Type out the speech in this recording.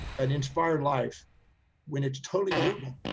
an inspired life when it's totally doable.